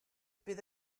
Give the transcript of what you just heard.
bydd